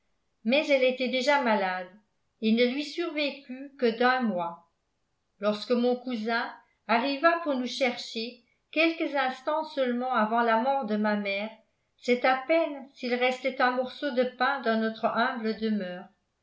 mais elle était déjà malade et ne lui survécut que d'un mois lorsque mon cousin arriva pour nous chercher quelques instants seulement avant la mort de ma mère c'est à peine s'il restait un morceau de pain dans notre humble demeure